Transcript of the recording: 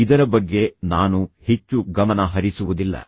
ಇದರ ಬಗ್ಗೆ ನಾನು ಹೆಚ್ಚು ಗಮನ ಹರಿಸುವುದಿಲ್ಲ